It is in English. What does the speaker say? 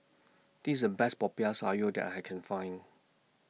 This IS The Best Popiah Sayur that I Can Find